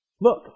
Look